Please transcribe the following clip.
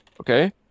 okay